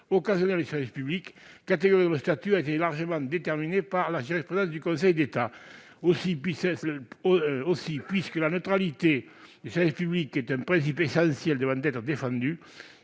occasionnels du service public, catégorie dont le statut a été largement déterminé par la jurisprudence du Conseil d'État. Aussi, puisque la neutralité du service public est un principe essentiel devant être défendu,